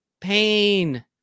pain